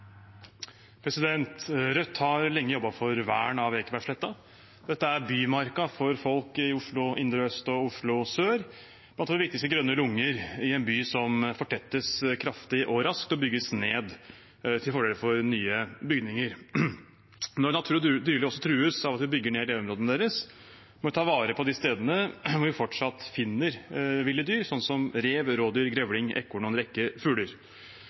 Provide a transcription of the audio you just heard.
bymarka for folk i Oslo indre øst og Oslo sør og en av våre viktigste grønne lunger i en by som fortettes kraftig og raskt og bygges ned til fordel for nye bygninger. Når natur og dyreliv også trues av at vi bygger ned leveområdene deres, må vi ta vare på de stedene hvor vi fortsatt finner ville dyr, som rev, rådyr, grevling, ekorn og en rekke fugler.